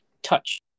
touch